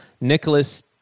Nicholas